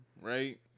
right